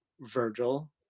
Virgil